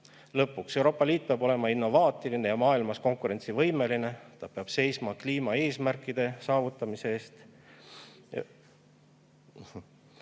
Euroopa Liit peab olema innovaatiline ja maailmas konkurentsivõimeline, ta peab seisma kliimaeesmärkide saavutamise eest.